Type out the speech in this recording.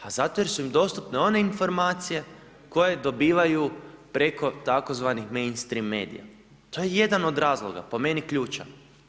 Pa zato jer su im dostupne one informacije koje dobivaju preko tzv. mainstream medija, to je jedan od razloga po meni ključan.